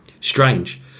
strange